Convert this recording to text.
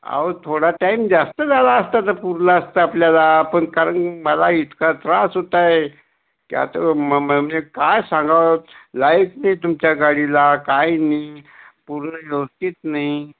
अहो थोडा टाईम जास्त झाला असता जर पुरला असता आपल्याला पण कारण मला इतका त्रास होत आहे त्याचं म म्ह म्हणजे काय सांगावं लाईट नई तुमच्या गाडीला काय नई पूर्ण व्यवस्थित नई